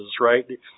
right